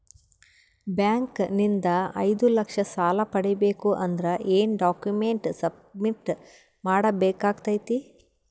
Bank ನಿಂದ ಐದು ಲಕ್ಷ ಸಾಲ ಪಡಿಬೇಕು ಅಂದ್ರ ಏನ ಡಾಕ್ಯುಮೆಂಟ್ ಸಬ್ಮಿಟ್ ಮಾಡ ಬೇಕಾಗತೈತಿ?